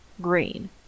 green